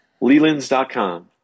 Lelands.com